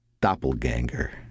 doppelganger